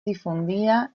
difundida